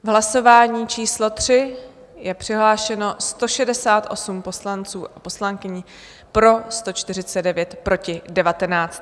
V hlasování číslo 3 je přihlášeno 168 poslanců a poslankyň, pro 149, proti 19.